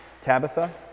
Tabitha